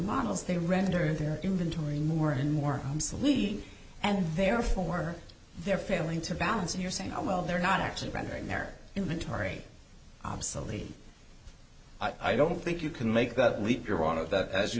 models they render their inventory more and more sleek and therefore they're failing to balance and you're saying oh well they're not actually rendering their inventory obsolete i don't think you can make that leap your honor that as you